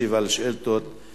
פרק שביעי ופרק שמיני,